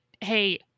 hey